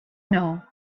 know